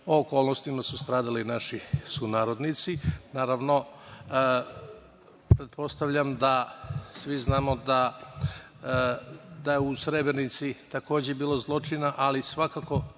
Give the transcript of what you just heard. okolnostima su stradali naši sunarodnici. Naravno, pretpostavljam da svi znamo da je u Srebrenici, takođe, bilo zločina, ali svakako